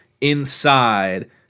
inside